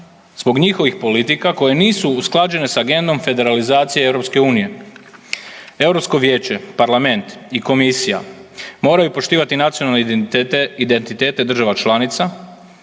zbog njihovih politika koje nisu usklađene sa agendom federalizacije EU. Europsko Vijeće, Parlament i Komisija moraju poštivati nacionalne identitete država članica